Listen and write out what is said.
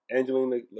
Angelina